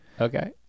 Okay